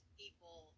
people